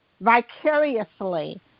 vicariously